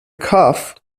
cough